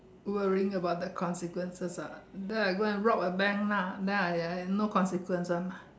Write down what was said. worrying about the consequences ah then I go rob a bank lah then I I no consequences